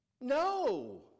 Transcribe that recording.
No